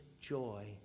joy